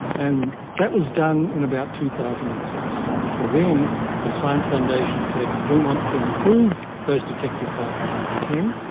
and that was done in about two thousand and six. so then the science foundation said we want to improve those detectors by a factor of ten.